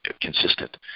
consistent